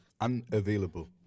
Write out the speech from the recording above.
Unavailable